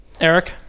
Eric